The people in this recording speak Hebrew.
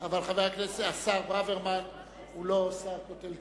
למען הישרדות פוליטית, הצעה מטעם